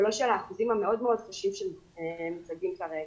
ולא של האחוזים המאוד מאוד קשים שמוצגים כרגע.